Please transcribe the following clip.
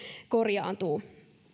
korjaantuu